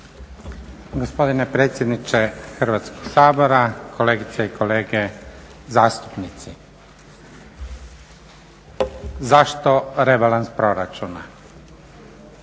Gospodine predsjedniče Hrvatskoga sabora, kolegice i kolege zastupnici. Zašto rebalans proračuna?